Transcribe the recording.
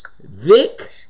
Vic